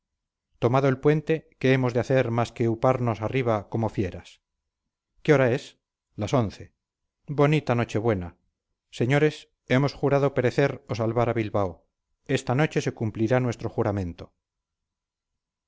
tomado el puente qué hemos de hacer más que uparnos arriba como fieras qué hora es las once bonita noche buena señores hemos jurado perecer o salvar a bilbao esta noche se cumplirá nuestro juramento